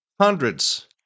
hundreds